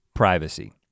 privacy